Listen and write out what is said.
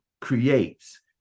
creates